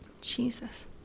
Jesus